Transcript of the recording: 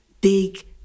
big